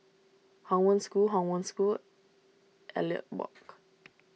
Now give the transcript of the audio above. Hong Wen School Hong Wen School Elliot Walk